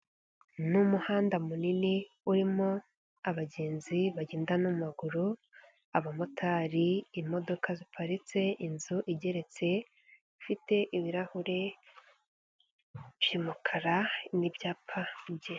Ni umuhanda munini urimo abagenzi bagenda n'amaguru, abamotari, imodoka ziparitse, inzu igeretse ifite ibirahure by'umukara n'ibyapa.